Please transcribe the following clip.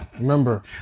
Remember